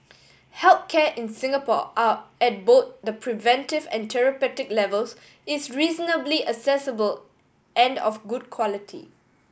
health care in Singapore are at both the preventive and therapeutic levels is reasonably accessible and of good quality